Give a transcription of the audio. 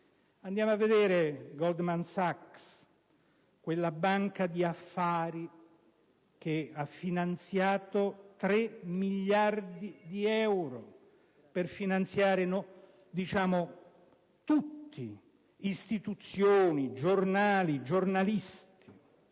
Andiamo a vedere Goldman Sachs, quella banca d'affari che ha erogato 3 miliardi di euro per finanziare tutti, ossia istituzioni, giornali e giornalisti.